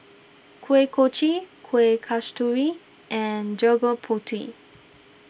Kuih Kochi Kueh Kasturi and Gudeg Putih